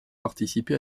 participer